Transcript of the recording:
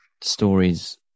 stories